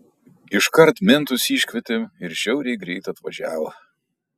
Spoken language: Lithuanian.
iškart mentus iškvietėm ir žiauriai greit atvažiavo